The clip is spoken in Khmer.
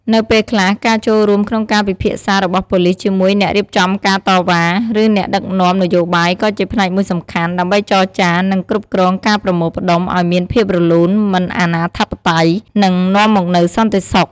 នៅពេលខ្លះការចូលរួមក្នុងការពិភាក្សារបស់ប៉ូលីសជាមួយអ្នករៀបចំការតវ៉ា ឬអ្នកដឹកនាំនយោបាយក៏ជាផ្នែកមួយសំខាន់ ដើម្បីចរចា និងគ្រប់គ្រងការប្រមូលផ្តុំឲ្យមានភាពរលូនមិនអាណាធិបតេយ្យ នឹងនាំមកនូវសន្តិសុខ។